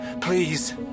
Please